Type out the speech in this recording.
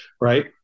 right